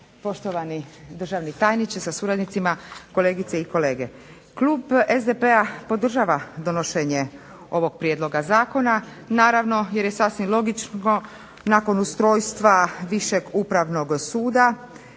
poštovani državni tajniče sa suradnicima, kolegice i kolege. Klub SDP-a podržava donošenje ovog prijedloga zakona, naravno jer je sasvim logično nakon ustrojstva Višeg upravnog suda